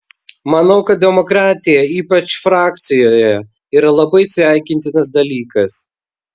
manau kad demokratija ypač frakcijoje yra labai sveikintinas dalykas